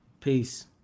peace